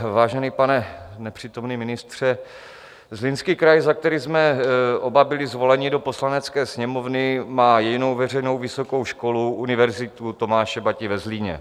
Vážený pane nepřítomný ministře, Zlínský kraj, za který jsme oba byli zvoleni do Poslanecké sněmovny, má jedinou veřejnou vysokou školu, Univerzitu Tomáše Bati ve Zlíně.